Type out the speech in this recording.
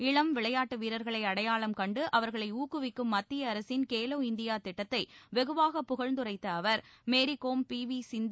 இளம் விளையாட்டு வீரர்களை அடையாளம் கண்டு அவர்களை ஊக்குவிக்கும் மத்திய அரசின் கேலோ இந்தியா திட்டத்தை வெகுவாகப் புகழ்ந்துரைத்த அவர் மேரிகோம் பி வி சிந்து